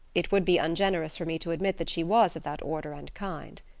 it would be ungenerous for me to admit that she was of that order and kind.